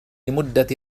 لمدة